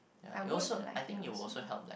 I would like it also